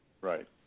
Right